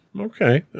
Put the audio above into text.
okay